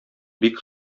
бик